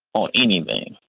on anything,